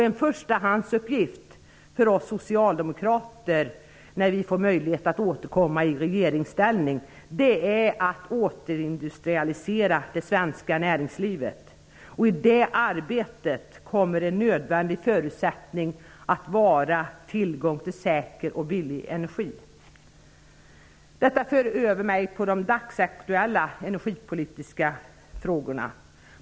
En förstahandsuppgift för oss socialdemokrater när vi får möjlighet att återkomma i regeringsställning är att återindustrialisera det svenska näringslivet. I det arbetet kommer en nödvändig förutsättning att vara tillgång till säker och billig energi. Detta för mig över till de dagsaktuella energipolitiska frågorna.